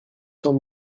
cent